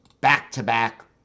back-to-back